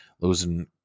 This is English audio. losing